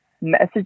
message